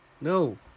No